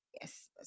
yes